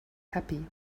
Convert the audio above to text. happy